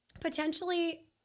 potentially